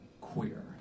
queer